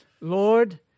Lord